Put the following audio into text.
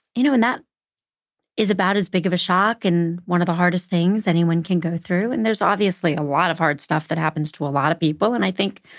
you know, and that is about as big of a shock, and one of the hardest this anyone can go through. and there's obviously a lot of hard stuff that happens to a lot of people. and i think